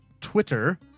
Twitter